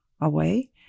away